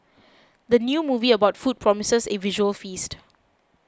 the new movie about food promises a visual feast